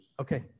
Okay